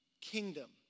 kingdom